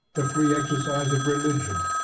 the free exercise of religion,